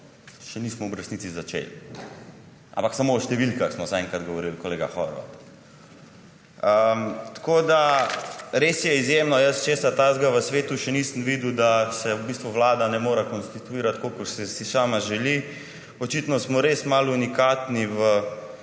še nismo v resnici začeli, ampak samo o številkah smo zaenkrat govorili, kolega Horvat. Res je izjemno, jaz česa takega v svetu še nisem videl, da se vlada ne more konstruirati tako, kot si sama želi. Očitno smo res malo unikatni v